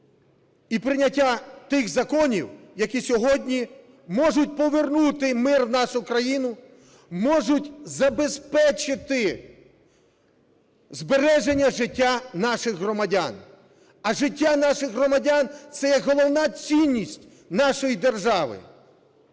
і прийняття тих законів, які сьогодні можуть повернути мир в нашу країну, можуть забезпечити збереження життя наших громадян. А життя наших громадян – це є головна цінність нашої держави.